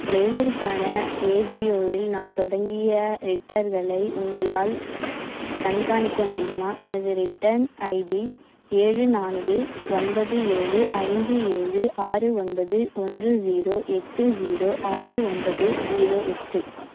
ப்ளேசருக்கான ஏஜியோவில் நான் தொடங்கிய ரிட்டர்களை உங்களால் கண்காணிக்க முடியுமா எனது ரிட்டர்ன் ஐடி ஏழு நான்கு ஒன்பது ஏழு ஐந்து ஏழு ஆறு ஒன்பது ஒன்று ஜீரோ எட்டு ஜீரோ ஆறு ஒன்பது ஜீரோ எட்டு